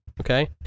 okay